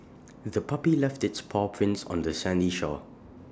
the puppy left its paw prints on the sandy shore